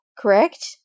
correct